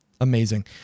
Amazing